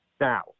now